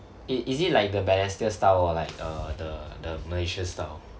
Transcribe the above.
it is it like the balestier style or like uh the the malaysia style